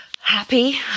happy